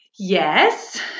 Yes